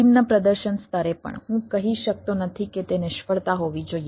નિમ્ન પ્રદર્શન સ્તરે પણ હું કહી શકતો નથી કે તે નિષ્ફળતા હોવી જોઈએ